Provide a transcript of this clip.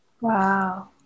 Wow